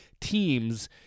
teams